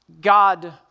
God